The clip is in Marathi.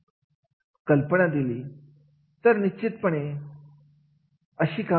आणि प्रत्येक कार्य हे पार पाडावे लागते मग ते कोणत्या का पातळीचे असू देत